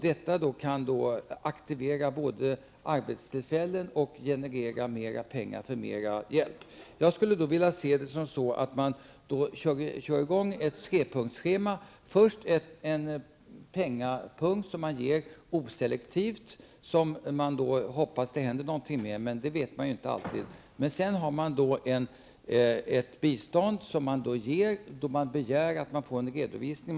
Detta kan aktivera till flera arbetstillfällen och generera mera pengar till hjälp. Jag skulle vilja se att man använder sig av ett trepunktsschema. Först en punkt med pengar som ges oselektivt. Man hoppas alltså att det händer något med pengarna. Men det vet man inte alltid. Sedan ges ett bistånd där det begärs en redovisning.